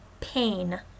pain